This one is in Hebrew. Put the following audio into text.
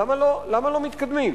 למה לא מתקדמים?